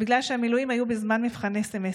בגלל שהמילואים היו בזמן מבחני סמסטר.